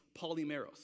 polymeros